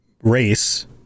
race